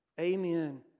Amen